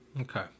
Okay